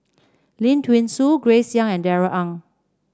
Lim Thean Soo Grace Young and Darrell Ang